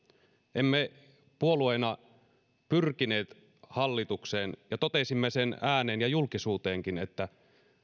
emme puolueena pyrkineet hallitukseen ja totesimme sen ääneen ja julkisuuteenkin että